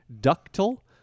ductile